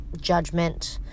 judgment